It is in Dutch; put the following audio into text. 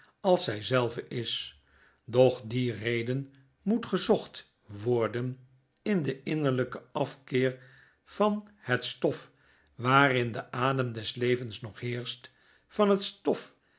als zij zelve is doch die reden moet gezochtworden in den inneriyken afkeer van het stof waarin de adem des levens nog heerscht van het stof